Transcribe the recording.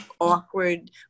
awkward